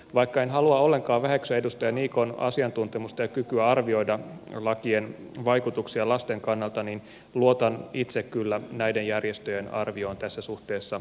vaikka en halua ollenkaan väheksyä edustaja niikon asiantuntemusta ja kykyä arvioida lakien vaikutuksia lasten kannalta luotan itse kyllä näiden järjestöjen arvioon tässä suhteessa enemmän